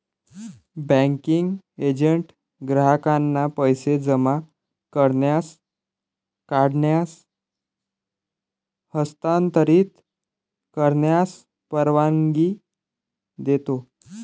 banking agent ग्राहकांना पैसे जमा करण्यास, काढण्यास, हस्तांतरित करण्यास परवानगी देतो